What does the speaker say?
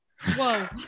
whoa